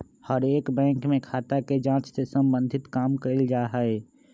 हर एक बैंक में खाता के जांच से सम्बन्धित काम कइल जा हई